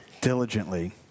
diligently